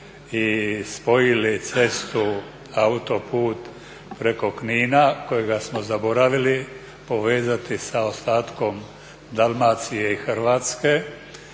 i spojili cestu, autoput preko Knina kojega smo zaboravili povezati sa ostatkom Dalmacije i Hrvatske.